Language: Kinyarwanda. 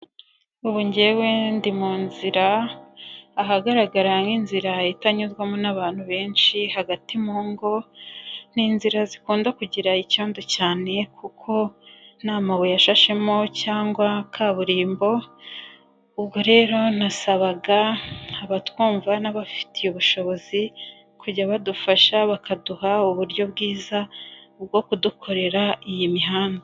Ubu njyewe ndi mu nzira ahagaragara nk'inzira itanyuzwamo n'abantu benshi hagati mu ngo, ni inzira zikunda kugira icyondo cyane kuko nta mabuye ashashemo cyangwa kaburimbo, ubwo rero nasabaga abatwumva n'abafitiye ubushobozi kujya badufasha bakaduha uburyo bwiza bwo kudukorera iyi mihanda.